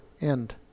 end